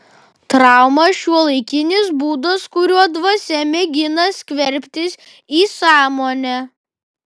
trauma šiuolaikinis būdas kuriuo dvasia mėgina skverbtis į sąmonę